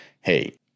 hey